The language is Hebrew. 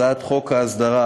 פ/1973, הצעת חוק ההסדרה,